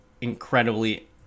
incredibly